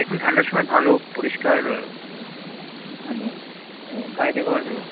এখন ঠান্ডার সময় ভালো পরিষ্কার মানে গায়ে দেবার